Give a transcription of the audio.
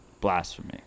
blasphemy